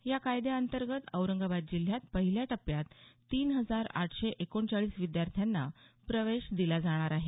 या कायद्या अंतर्गत औरंगाबाद जिल्ह्यात पहिल्या टप्प्यात तीन हजार आठशे एकोणचाळीस विद्यार्थ्यांना प्रवेश दिला जाणार आहे